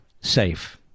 safe